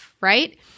right